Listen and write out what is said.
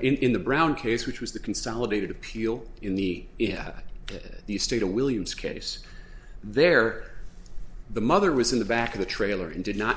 in the brown case which was the consolidated appeal in the if at get the state of williams case there the mother was in the back of the trailer and did not